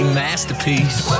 masterpiece